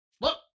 Look